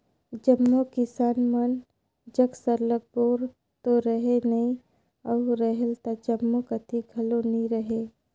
जम्मो किसान मन जग सरलग बोर तो रहें नई अउ रहेल त जम्मो कती घलो नी रहे